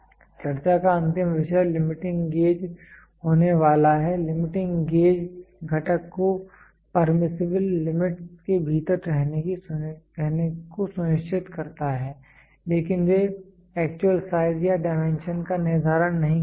चर्चा का अंतिम विषय लिमिटिंग गेज होने वाला है लिमिट गेज घटक को परमीसिबल लिमिटस् के भीतर रहने को सुनिश्चित करता है लेकिन वे एक्चुअल साइज या डायमेंशन का निर्धारण नहीं करते हैं